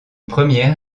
première